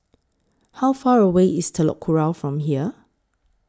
How Far away IS Telok Kurau from here